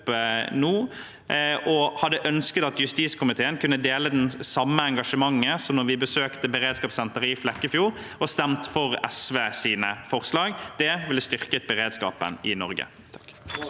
Jeg hadde ønsket at justiskomiteen kunne dele det samme engasjementet som da vi besøkte beredskapssenteret i Flekkefjord, og stemt for SVs forslag. Det ville styrket beredskapen i Norge.